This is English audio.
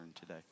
today